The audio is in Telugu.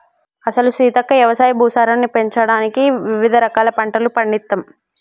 అసలు సీతక్క యవసాయ భూసారాన్ని పెంచడానికి వివిధ రకాల పంటలను పండిత్తమ్